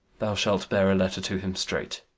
thou shalt bear a letter to him straight.